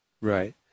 Right